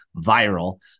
viral